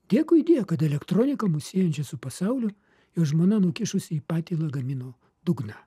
dėkui die kad elektroniką mus siejančią su pasauliu jo žmona nukišusi į patį lagamino dugną